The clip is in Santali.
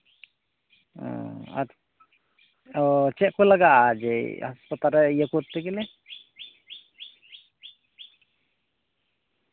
ᱚᱚ ᱟᱨ ᱪᱮᱫ ᱠᱚ ᱞᱟᱜᱟᱜᱼᱟ ᱡᱮ ᱦᱟᱸᱥᱯᱟᱛᱟᱞ ᱨᱮ ᱤᱭᱟᱹ ᱠᱚᱨᱛᱮ ᱜᱮᱞᱮ